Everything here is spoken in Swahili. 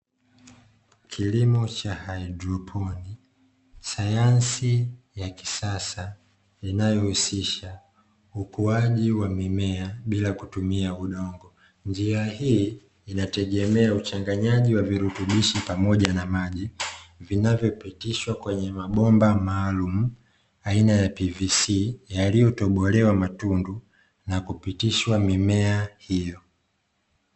Kilimo cha haidroponi; sayansi ya kisasa inayohusisha ukuaji wa mimea bila kutumia wa udongo. Njia hii inategemea uchanganyaji wa virutubishi pamoja na maji, vinavyopotishwa kwenye mabomba maalumu aina ya "PVC" yaliyotobolewa matundu na kupitishwa mimea hiyo.